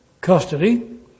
custody